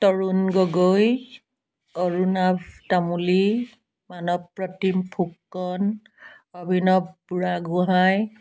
Tarun Gogoi Arunabh Tamuli Manav Pratim Phukan Abhinav Burhagohain